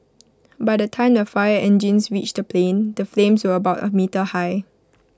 by the time the fire engines reached the plane the flames were about A meter high